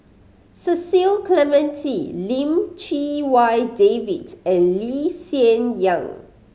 Cecil Clementi Lim Chee Wai David and Lee Hsien Yang